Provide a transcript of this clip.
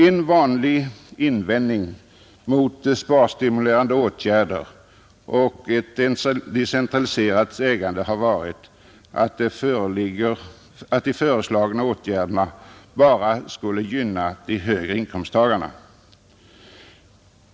En vanlig invändning mot sparstimulerande åtgärder och ett differentierat ägande har varit att de föreslagna åtgärderna bara skulle gynna de högre inkomsttagarna.